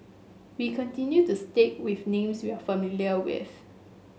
we continue to stick with names we are familiar with